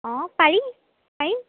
অঁ পাৰি পাৰি